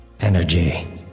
Energy